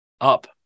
up